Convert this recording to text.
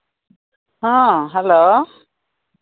ᱦᱮᱸ ᱦᱮᱞᱳ